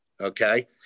Okay